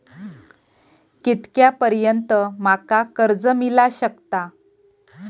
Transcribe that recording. कितक्या पर्यंत माका कर्ज मिला शकता?